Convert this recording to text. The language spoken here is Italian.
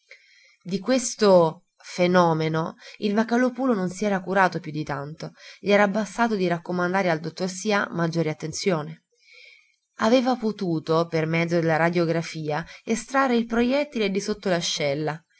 di questo fenomeno il vocalòpulo non si era curato più di tanto gli era bastato di raccomandare al dottor sià maggiore attenzione aveva potuto per mezzo della radiografia estrarre il projettile di sotto